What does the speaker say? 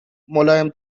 ملایم